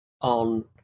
on